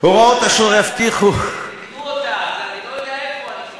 הוראות אשר יבטיחו, אני לא יודע איפה, אני כבר